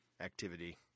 activity –